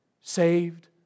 saved